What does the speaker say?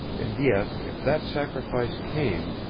and yet, if that sacrifice came,